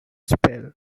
spell